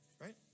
Right